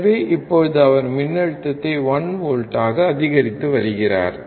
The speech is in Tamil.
எனவே இப்போது அவர் மின்னழுத்தத்தை 1 வோல்ட்டாக அதிகரித்து வருகிறார்